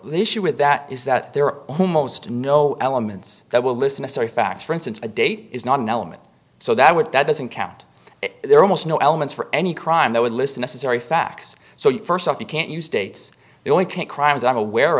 the issue with that is that there are almost no elements that will listen a story facts for instance a date is not an element so that would that doesn't count there are almost no elements for any crime that would list the necessary facts so you first off you can't use dates the only can't crimes i'm aware